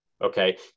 okay